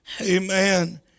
Amen